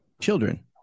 children